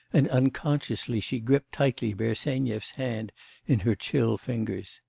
and unconsciously she gripped tightly bersenyev's hand in her chill ringers.